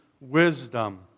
wisdom